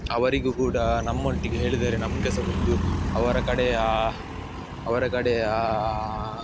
ಅವರಿಗೂ ಕೂಡ ನಮ್ಮೊಟ್ಟಿಗೆ ಹೇಳಿದರೆ ನಮಗೆ ಸಹಾ ಒಂದು ಅವರ ಕಡೆಯ ಅವರ ಕಡೆಯ